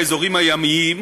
הים,